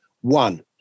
One